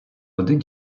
один